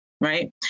right